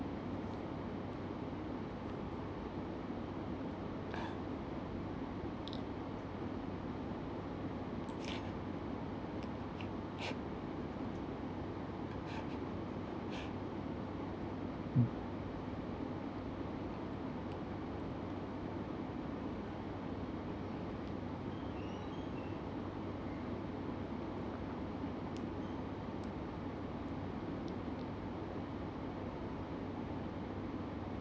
mm